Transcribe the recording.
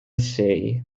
say